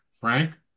Frank